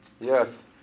Yes